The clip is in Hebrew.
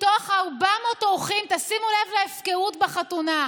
מתוך 400 אורחים, תשימו לב להפקרות בחתונה,